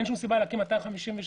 אין סיבה להקים 256 ממשקים.